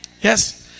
Yes